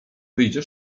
wyjdzie